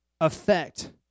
affect